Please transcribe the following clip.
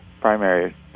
primary